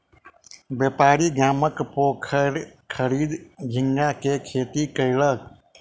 व्यापारी गामक पोखैर खरीद झींगा के खेती कयलक